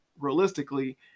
realistically